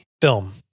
film